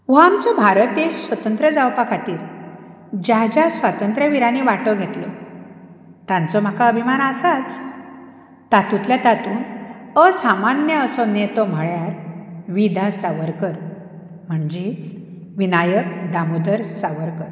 हो आमचो भारत देश स्वतंत्र जावपा खातीर ज्या ज्या स्वातंत्र्य विरांनी वांटो घेतलो तांचो म्हाका अभिमान आसाच तातूंतल्या तातूंक असामान्य असो नेतो म्हणल्यार वि दा सावरकर म्हणजेच विनायक दामोदर सावरकर